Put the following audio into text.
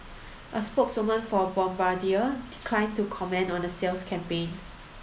a spokeswoman for Bombardier declined to comment on a sales campaign